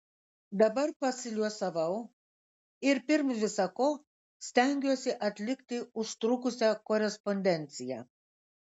dabar pasiliuosavau ir pirm visa ko stengiuosi atlikti užtrukusią korespondenciją